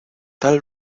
tal